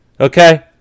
okay